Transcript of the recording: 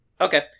Okay